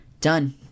done